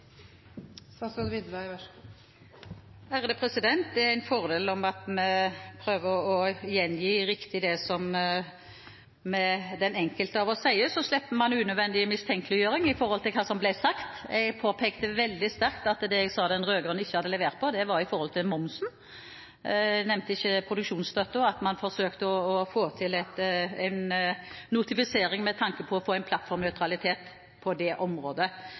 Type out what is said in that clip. Det er en fordel om vi prøver å gjengi riktig det som den enkelte av oss sier, så slipper man unødvendig mistenkeliggjøring med hensyn til hva som blir sagt. Jeg påpekte veldig sterkt at det jeg sa at den rød-grønne regjeringen ikke hadde levert på, gjaldt momsen. Jeg nevnte ikke produksjonsstøtte og at man forsøkte å få til en notifisering med tanke på å få en plattformnøytralitet på det området.